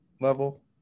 level